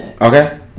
Okay